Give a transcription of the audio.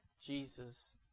Jesus